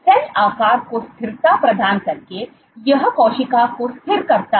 cell आकार को स्थिरता प्रदान करके यह कोशिका को स्थिर करता है